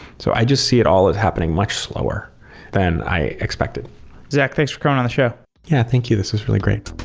so i just see it all happening much slower than i expected zack, thanks for coming on the show yeah. thank you. this was really great